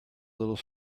little